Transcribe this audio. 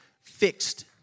fixed